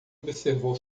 observou